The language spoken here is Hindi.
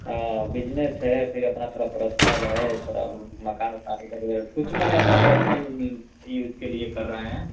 हाँ बिजनस है फिर अपना तोड़ा पर्सनल है थोड़ा वह मकान उकान इधर है कुछ माने अपना पर्सनल ये उसके लिए कर रहे हैं